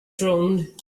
drowned